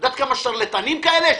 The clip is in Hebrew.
את יודעת כמה שרלטנים כאלה יש?